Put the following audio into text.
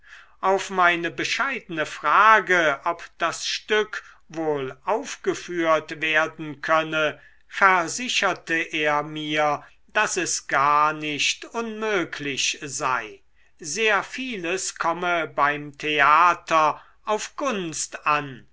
auf meine bescheidene frage ob das stück wohl aufgeführt werden könne versicherte er mir daß es gar nicht unmöglich sei sehr vieles komme beim theater auf gunst an